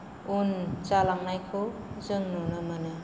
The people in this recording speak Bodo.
उन जालांनायखौ जों नुनो मोनो